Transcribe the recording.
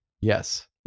Yes